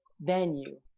venue